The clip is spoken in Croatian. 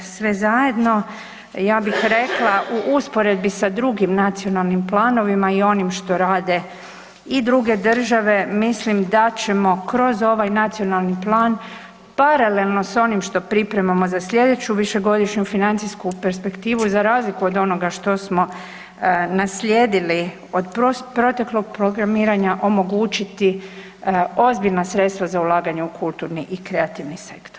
Sve zajedno ja bih rekla u usporedbi sa drugim nacionalnim planovima i onim što rade i druge države mislim da ćemo kroz ovaj nacionalni plan paralelno s onim što pripremamo za sljedeću višegodišnju financijsku perspektivu za razliku od onoga što smo naslijedili od proteklog programiranja omogućiti ozbiljna sredstva za ulaganje u kulturni i kreativni sektor.